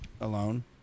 alone